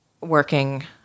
working